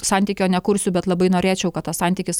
santykio nekursiu bet labai norėčiau kad tas santykis